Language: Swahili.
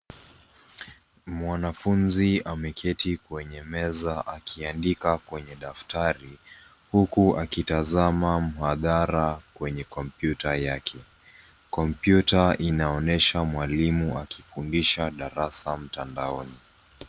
Mwanafunzi ameketi kwenye meza akiandika kwenye daftari, huku akitazama mhadhara kwenye kompyuta yake. Kompyuta inaonyesha mwalimu akifundisha darasa mtandaoni.